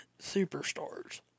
superstars